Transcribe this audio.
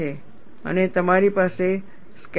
અને તમારી પાસે સ્કેટર હશે